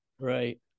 Right